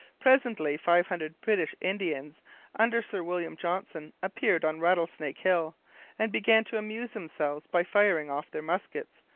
presently five hundred british indians under sir william johnson appeared on rattlesnake hill and began to amuse themselves by firing off their muskets,